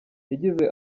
yagize